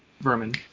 vermin